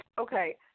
okay